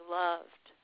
loved